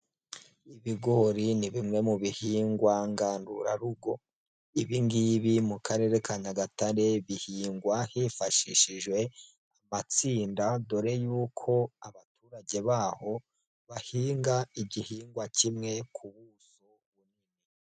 Ibigori ni bimwe mu bihingwa gandurarugo, ibingibi mu Karere ka Nyagatare bihingwa hifashishijwe amatsinda dore y'uko abaturage baho bahinga igihingwa kimwe ku buso.